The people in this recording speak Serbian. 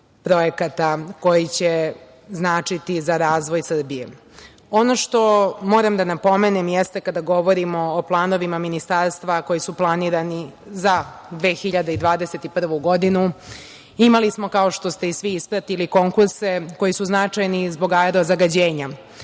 projekata koji će značiti za razvoj Srbije. Ono što moram da napomenem jeste kada govorimo o planovima Ministarstva koji su planirani za 2021. godinu. Imali smo, kao što ste i svi ispratili, konkurse koji su značajni zbog aerozagađenja,